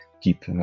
keep